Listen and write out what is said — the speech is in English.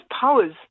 powers